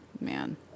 Man